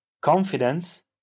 confidence